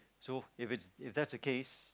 so if it's if that's the case